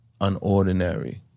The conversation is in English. unordinary